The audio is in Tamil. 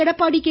எடப்பாடி கே